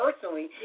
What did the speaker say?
personally